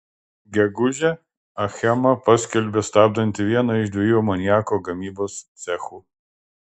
gegužę achema paskelbė stabdanti vieną iš dviejų amoniako gamybos cechų